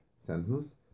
sentence